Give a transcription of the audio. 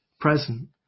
present